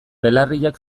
belarriak